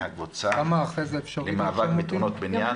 מהקבוצה למאבק בתאונות בניין.